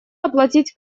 оплатить